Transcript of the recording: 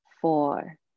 four